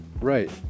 right